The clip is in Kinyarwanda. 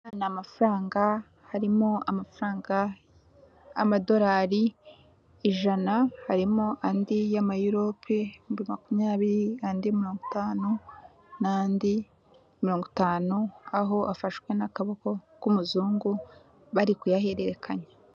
Aya ni amafaranga harimo amafaranga y'amadolari ijana, harimo andi y'ama Europe makumyabiri n'andi mirongo itanu, aho afashwe n'akaboko k'umuzungu bari kuyahererekanya.